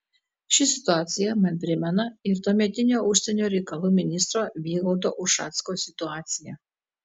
ši situacija man primena ir tuometinio užsienio reikalų ministro vygaudo ušacko situaciją